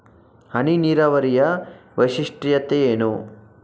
ಹನಿ ನೀರಾವರಿಯ ವೈಶಿಷ್ಟ್ಯತೆ ಏನು?